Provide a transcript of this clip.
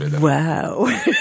wow